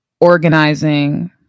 organizing